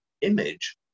image